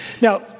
now